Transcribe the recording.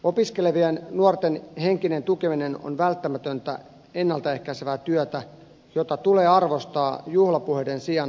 opiskelevien nuorten henkinen tukeminen on välttämätöntä ennalta ehkäisevää työtä jota tulee arvostaa juhlapuheiden sijaan myös teoilla